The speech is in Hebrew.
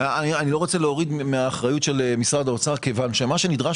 אני לא רוצה להוריד מהאחריות של משרד האוצר כי מה שנדרש